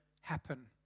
happen